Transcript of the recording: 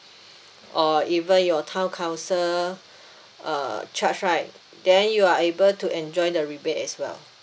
or even your town council uh charge right then you are able to enjoy the rebate as well